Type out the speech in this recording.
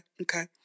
okay